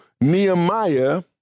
Nehemiah